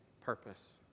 purpose